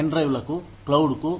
pen drive లకు cloud కు